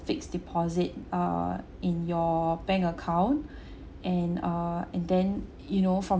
fixed deposit err in your bank account and err and then you know from